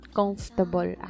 comfortable